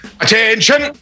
Attention